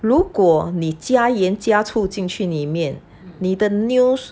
如果你加盐加醋进去里面你的 news